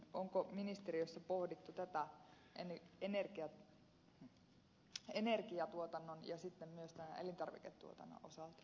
onko ministeriössä pohdittu tätä energiatuotannon ja sitten myös tämän elintarviketuotannon osalta